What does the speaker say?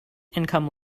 income